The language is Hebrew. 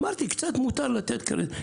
באתי לכאן לתת קרדיט.